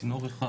צינור אחד